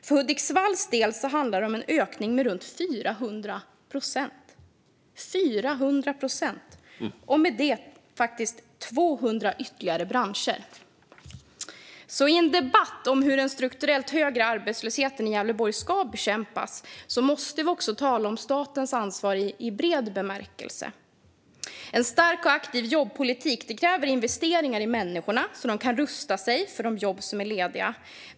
För Hudiksvalls del handlar det om en ökning med runt 400 procent, och dessutom tillkommer faktiskt 200 branscher. I en debatt om hur den strukturellt högre arbetslösheten i Gävleborg ska bekämpas måste vi därför också tala om statens ansvar i bred bemärkelse. En stark och aktiv jobbpolitik kräver investeringar i människorna så att de kan rusta sig för de jobb som är lediga.